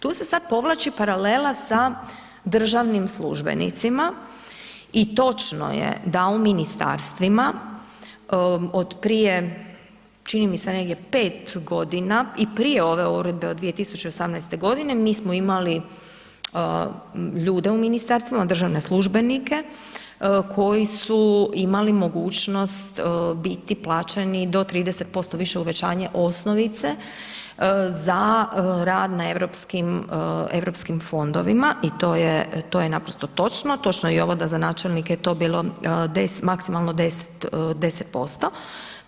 Tu se sad povlači paralela sa državnim službenicima i točno je da u ministarstvima otprije čini mi se negdje 5.g. i prije ove uredbe od 2018.g. mi smo imali ljude u ministarstvima, državne službenike koji su imali mogućnost biti plaćeni do 30% više uvećanje osnovice za rad na europskim, Europskim fondovima i to je, to je naprosto točno, točno je i ovo da za načelnike je to bilo 10, maksimalno 10, 10%